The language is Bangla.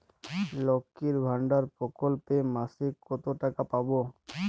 লক্ষ্মীর ভান্ডার প্রকল্পে মাসিক কত টাকা পাব?